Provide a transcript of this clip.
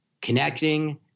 connecting